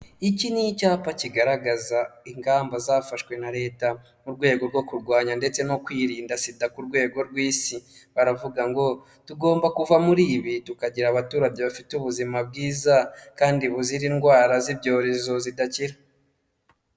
Iki ni icyapa kigaragaza ingamba zafashwe na Leta mu rwego rwo kurwanya ndetse no kwirinda SIDA ku rwego rw'isi, baravuga ngo tugomba kuva muri ibi tukagira abaturage bafite ubuzima bwiza kandi buzira indwara z'ibyorezo zidakira.